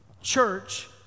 church